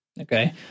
Okay